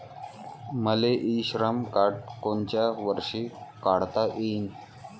मले इ श्रम कार्ड कोनच्या वर्षी काढता येईन?